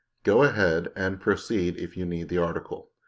go ahead and proceed if you need the article.